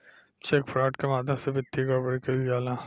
check fraud के माध्यम से वित्तीय गड़बड़ी कईल जाला